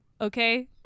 Okay